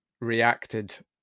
reacted